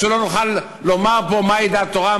שלא נוכל לומר פה מהי דעת התורה,